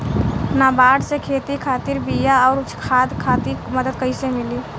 नाबार्ड से खेती खातिर बीया आउर खाद खातिर मदद कइसे मिली?